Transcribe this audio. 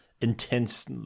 intense